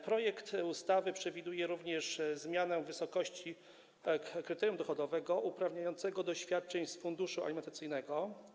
Projekt ustawy przewiduje również zmianę wysokości kryterium dochodowego uprawniającego do świadczeń z funduszu alimentacyjnego.